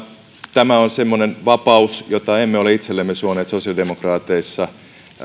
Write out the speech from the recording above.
tämä on semmoinen vapaus jota emme ole itsellemme suoneet sosiaalidemokraateissa